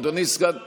אדוני סגן השר,